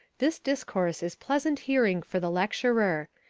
this discourse is pleasant hearing for the lecturer.